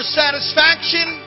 satisfaction